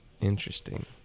Interesting